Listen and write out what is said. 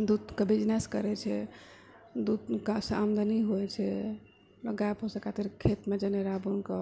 दूधके बिजनेस करैत छै दूध बिकलासँ आमदनी होइत छै आओर गाय पोषए खातिर खेतमे जनेरा बोएके